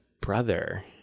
brother